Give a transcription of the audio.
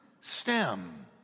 stem